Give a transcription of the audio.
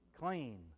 clean